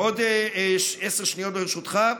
עוד עשר שניות, ברשותך.